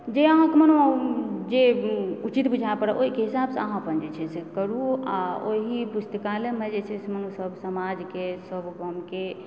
जे अहाँकेँ मने जे उचित बुझाए पड़य ओहिके हिसाबसंँ अहाँ अपन जे छै से करूँ आ ओहि पुस्तकालयमे जे छै से सब समाजके सब गामके